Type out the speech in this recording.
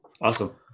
Awesome